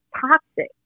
toxic